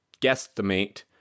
guesstimate